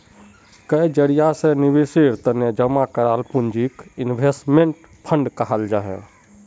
कई जरिया से निवेशेर तने जमा कराल पूंजीक इन्वेस्टमेंट फण्ड कहाल जाहां